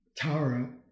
Tara